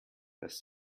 dass